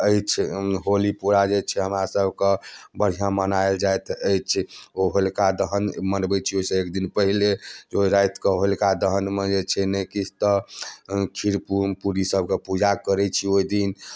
अछि होली पूरा जे छै हमरा सबकऽ बढ़िआँ मनाएल जाइत अछि ओ होलिका दहन मनबैत छी ओहिसँ एक दिन पहिले ओहि राति कऽ होलिका दहनमे जे छै नहि किछु तऽ खीरपू पूरी सबके पूजा करैत छी ओहि दिन